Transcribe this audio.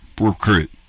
recruit